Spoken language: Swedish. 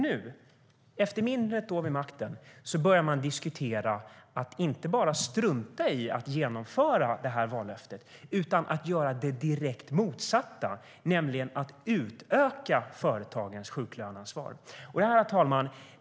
Nu, efter mindre än ett år vid makten, börjar man diskutera att inte bara strunta i att genomföra det här vallöftet, utan också göra det direkt motsatta, nämligen utöka företagens sjuklöneansvar. Herr talman!